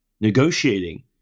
Negotiating